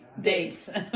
dates